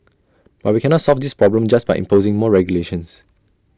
but we can not solve this problem just by imposing more regulations